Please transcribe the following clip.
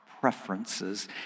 preferences